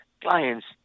Clients